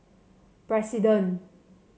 president